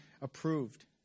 approved